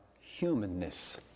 humanness